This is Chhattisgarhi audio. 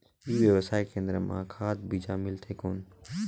ई व्यवसाय केंद्र मां खाद बीजा मिलथे कौन?